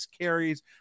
carries